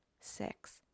six